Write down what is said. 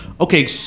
okay